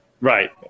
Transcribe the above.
Right